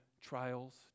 trials